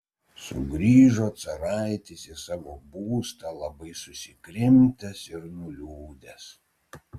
sugrįžo caraitis į savo būstą labai susikrimtęs ir nuliūdęs